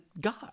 God